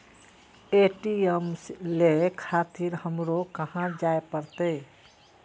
ATM ले खातिर हमरो कहाँ जाए परतें?